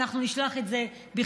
אנחנו נשלח את זה בכתב,